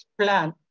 plan